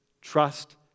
trust